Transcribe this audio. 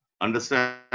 understand